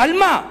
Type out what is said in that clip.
על מה?